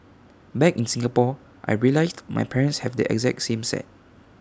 back in Singapore I realised my parents have the exact same set